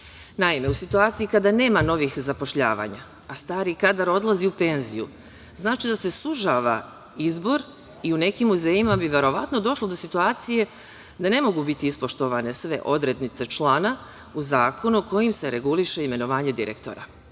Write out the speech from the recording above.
u situaciji kada nema novih zapošljavanja, a stari kadar odlazi u penziju, znači da se sužava izbor i u nekim muzejima bi verovatno došlo do situacije da ne mogu biti ispoštovane sve odrednice člana u zakonu kojim se reguliše imenovanje direktora.